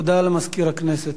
הודעה למזכיר הכנסת.